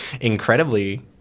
incredibly